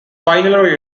finally